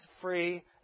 free